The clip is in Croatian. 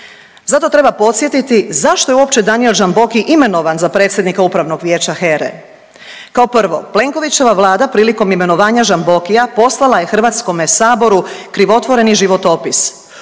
Zato treba podsjetiti zašto je uopće Danijel Žamboki imenovan za predsjednika upravnog vijeća HERA-e. Kao prvo, Plenkovićeva vlada prilikom imenovanja Žambokija poslala je HS krivotvoreni životopis,